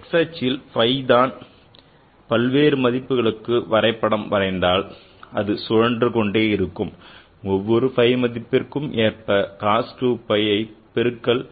X அச்சில் phiன் பல்வேறு மதிப்புகளுக்கு வரைபடம் வரைந்தால் சுழன்று கொண்டே இருக்கும் ஒவ்வொரு phiன் மதிப்பிற்கு ஏற்ப cos 2 phi பெருக்கல்